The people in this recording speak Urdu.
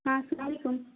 ہاں سلام علیکم